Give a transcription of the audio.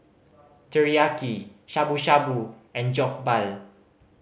Teriyaki Shabu Shabu and Jokbal